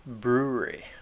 Brewery